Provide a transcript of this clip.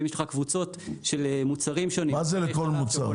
אם יש לך קבוצות של מוצרים שונים --- מה זה לכל מוצר?